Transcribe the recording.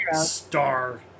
Star